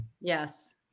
Yes